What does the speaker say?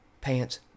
pants